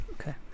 okay